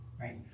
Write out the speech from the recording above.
right